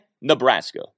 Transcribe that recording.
Nebraska